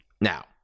now